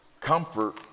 comfort